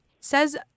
says